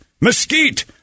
mesquite